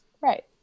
Right